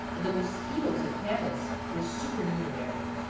but the musquitoes at pebas were supernumerary.